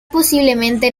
posiblemente